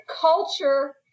culture